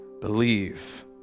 believe